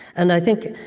and i think,